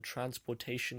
transportation